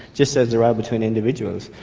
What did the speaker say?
just as there are between individuals.